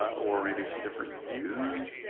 or maybe some different views.